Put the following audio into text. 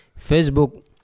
Facebook